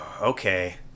Okay